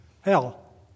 hell